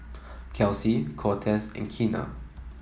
Kelsi Cortez and Keena